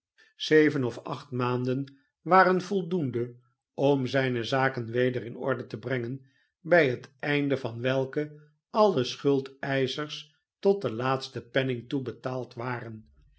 zeven of acht maanden waren voldoende om zijne zaken weder in orde te brengen bij het einde van welke alle schuldeischers tot den laatsten penning toe betaald waren